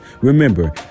Remember